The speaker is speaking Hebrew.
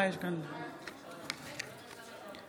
באולם שלא הצביע?